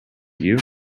you